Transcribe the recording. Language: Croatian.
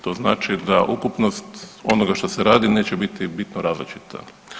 To znači da ukupnost onoga što se radi neće biti bitno različita.